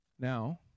Now